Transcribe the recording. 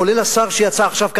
כולל השר שיצא עכשיו,